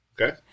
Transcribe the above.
Okay